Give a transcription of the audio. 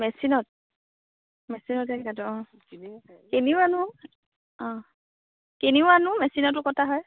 মেচিনত মেচিনতে কাটো অ' কিনিও আনোঁ কিনিও আনোঁ অ' কিনিও আনোঁ মেচিনতো কটা হয়